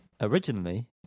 originally